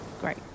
Great